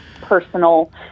personal